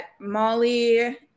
Molly